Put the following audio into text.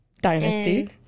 dynasty